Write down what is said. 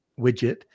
widget